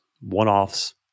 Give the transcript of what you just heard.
one-offs